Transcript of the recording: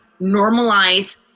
normalize